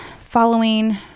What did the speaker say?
following